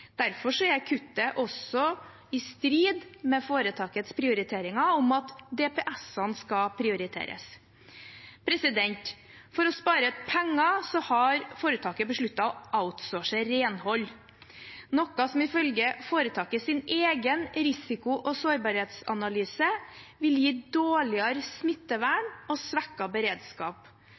er kuttet også i strid med foretakets prioriteringer om at DPS-ene skal prioriteres. For å spare penger har foretaket besluttet å outsource renhold, noe som ifølge foretakets egen risiko- og sårbarhetsanalyse vil gi dårligere smittevern og svekket beredskap.